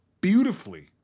beautifully